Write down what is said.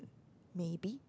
maybe